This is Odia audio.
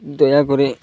ଦୟାକରି